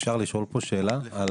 אפשר לשאול פה שאלה על